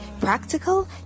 practical